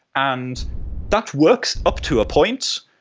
and that works up to a point,